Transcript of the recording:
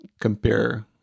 compare